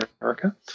America